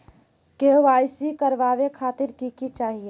KYC करवावे खातीर कि कि चाहियो?